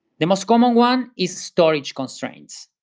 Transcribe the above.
the most common one is storage constraints.